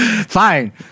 Fine